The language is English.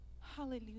hallelujah